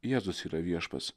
jėzus yra viešpats